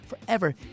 forever